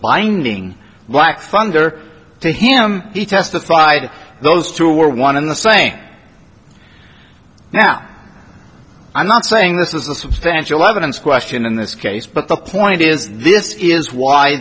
binding black funder to him he testified those two were one and the same now i'm not saying this is the substantial evidence question in this case but the point is this is why